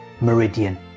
meridian